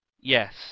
Yes